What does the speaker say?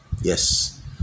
Yes